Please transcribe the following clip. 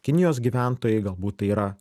kinijos gyventojai galbūt tai yra